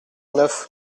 neuf